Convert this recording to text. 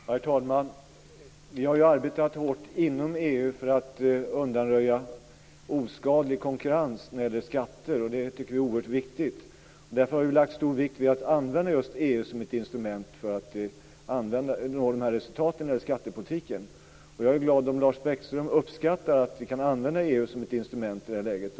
Herr talman! Vi har ju arbetat hårt inom EU för att undanröja skadlig konkurrens när det gäller skatter, och det tycker vi är oerhört viktigt. Vi har därför lagt stor vikt vid att använda EU som ett instrument för att nå resultat i skattepolitiken. Jag är glad om Lars Bäckström uppskattar att vi kan använda EU som ett instrument i det här läget.